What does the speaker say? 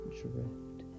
drift